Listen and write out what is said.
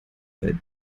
bei